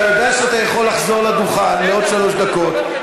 אתה יודע שאתה יכול לחזור לדוכן לעוד שלוש דקות,